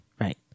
right